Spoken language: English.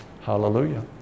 hallelujah